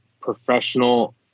professional